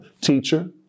Teacher